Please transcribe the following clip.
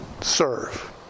serve